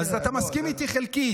אז אתה מסכים איתי חלקית.